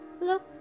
look